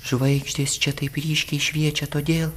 žvaigždės čia taip ryškiai šviečia todėl